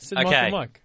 Okay